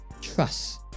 Trust